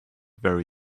very